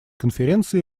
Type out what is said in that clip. конференции